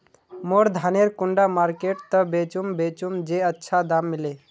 मोर धानेर कुंडा मार्केट त बेचुम बेचुम जे अच्छा दाम मिले?